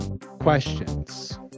questions